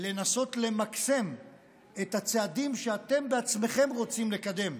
לנסות למקסם את הצעדים שאתם בעצמכם רוצים לקדם,